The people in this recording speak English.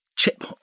Chip